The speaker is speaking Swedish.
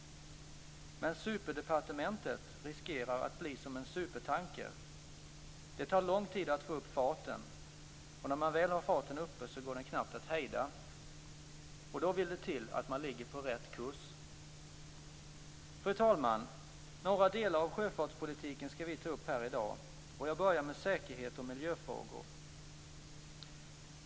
Men superdepartementet riskerar att bli som en supertanker - det tar lång tid att få upp farten, och när man väl har farten uppe så går den knappt att hejda. Då vill det till att man ligger på rätt kurs. Fru talman! Vi skall i dag ta upp några delar av sjöfartspolitiken. Jag börjar med säkerhet och miljöfrågor.